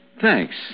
Thanks